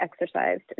exercised